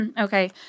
okay